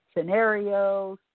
scenarios